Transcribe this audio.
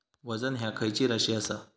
वजन ह्या खैची राशी असा?